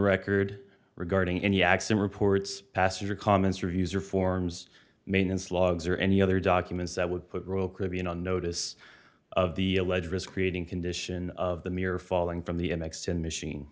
record regarding any acts and reports passenger comments reviews or forms maintenance logs or any other documents that would put royal caribbean on notice of the alleged risk creating condition of the mirror falling from the m x ten machine